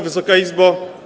Wysoka Izbo!